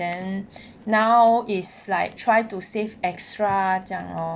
then now is like try to save extra 这样 lor